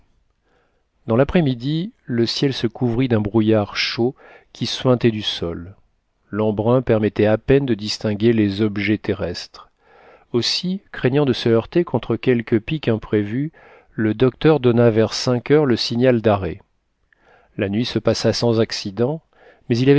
dans l'après-midi le ciel se couvrit d'un brouillard chaud qui suintait du sol l'embrun permettait à peine de distinguer les objets terrestres aussi craignant de se heurter contre quelque pic imprévu le docteur donna vers cinq heures le signal d'arrêt la nuit se passa sans accident mais il